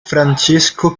francesco